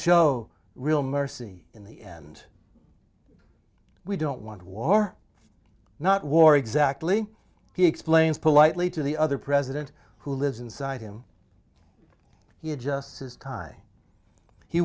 show real mercy in the end we don't want war not war exactly he explains politely to the other president who lives inside him he just says h